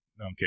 okay